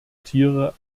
tiere